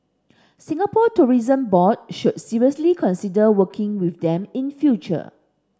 Singapore Tourism Board should seriously consider working with them in future